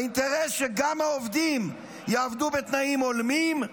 האינטרס הוא שגם העובדים יעבדו בתנאים הולמים,